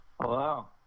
Hello